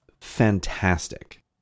fantastic